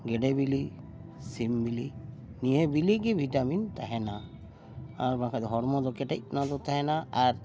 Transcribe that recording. ᱜᱮᱰᱮ ᱵᱤᱞᱤ ᱥᱤᱢ ᱵᱤᱞᱤ ᱱᱤᱭᱟᱹ ᱵᱤᱞᱤ ᱜᱮ ᱵᱷᱤᱴᱟᱢᱤᱱ ᱛᱟᱦᱮᱱᱟ ᱟᱨ ᱵᱟᱝᱠᱷᱟᱱ ᱫᱚ ᱦᱚᱲᱢᱚ ᱫᱚ ᱠᱮᱴᱮᱡ ᱚᱱᱟ ᱫᱚ ᱛᱟᱦᱮᱱᱟ ᱟᱨ